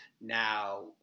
Now